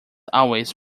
always